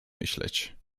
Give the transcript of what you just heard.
myśleć